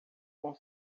com